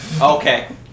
Okay